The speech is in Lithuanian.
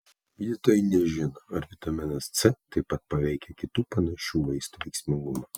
gydytojai nežino ar vitaminas c taip pat paveikia kitų panašių vaistų veiksmingumą